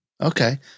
Okay